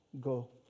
go